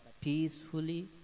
peacefully